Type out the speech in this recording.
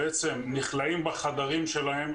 בעצם נכלאים בחדרים שלהם,